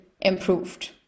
improved